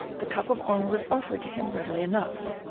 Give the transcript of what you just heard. the cup of honour was offered to him, readily enough,